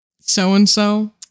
so-and-so